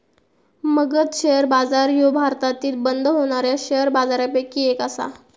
Magadh share बाजार ह्यो भारतातील बंद होणाऱ्या शेअर बाजारपैकी एक आसा